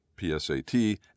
PSAT